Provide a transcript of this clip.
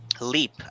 leap